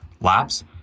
laps